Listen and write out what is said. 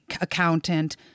accountant